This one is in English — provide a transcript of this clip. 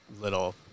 little